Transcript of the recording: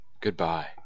goodbye